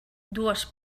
dues